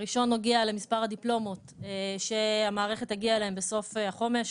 הראשון נוגע למספר הדיפלומות שהמערכת תגיע אליהן בסוף החומש,